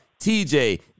TJ